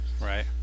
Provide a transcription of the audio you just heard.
Right